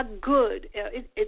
good